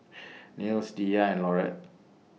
Nels Diya and Laurette